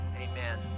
Amen